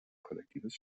kollektives